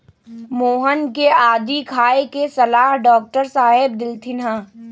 मोहन के आदी खाए के सलाह डॉक्टर साहेब देलथिन ह